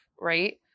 right